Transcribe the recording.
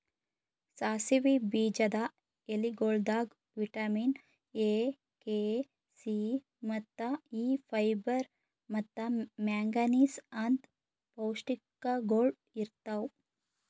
ಸಾಸಿವಿ ಬೀಜದ ಎಲಿಗೊಳ್ದಾಗ್ ವಿಟ್ಯಮಿನ್ ಎ, ಕೆ, ಸಿ, ಮತ್ತ ಇ, ಫೈಬರ್ ಮತ್ತ ಮ್ಯಾಂಗನೀಸ್ ಅಂತ್ ಪೌಷ್ಟಿಕಗೊಳ್ ಇರ್ತಾವ್